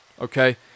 okay